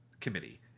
committee